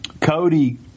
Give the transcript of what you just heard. Cody